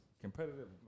competitive